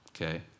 Okay